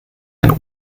ein